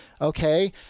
Okay